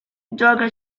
gioca